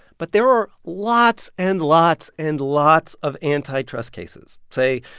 but there are lots and lots and lots of antitrust cases say,